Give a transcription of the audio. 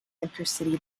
intercity